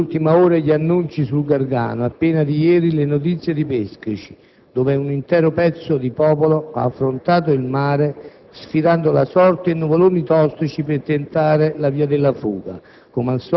Dell'ultima ora gli annunci sul Gargano, appena di ieri le notizie di Peschici, dove un intero pezzo di popolo ha affrontato il mare sfidando la sorte e nuvoloni tossici per tentare la via della fuga.